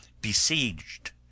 besieged